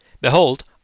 Behold